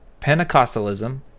Pentecostalism